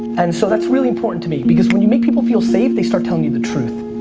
and so that's really important to me because when you make people feel safe, they start telling you the truth.